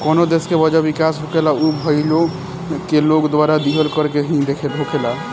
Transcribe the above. कवनो देश के वजह विकास होखेला उ ओइजा के लोग द्वारा दीहल कर से ही होखेला